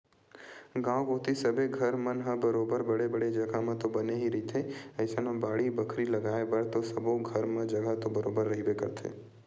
गाँव कोती सबे घर मन ह बरोबर बड़े बड़े जघा म तो बने ही रहिथे अइसन म बाड़ी बखरी लगाय बर तो सबे घर म जघा तो बरोबर रहिबे करथे